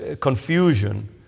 confusion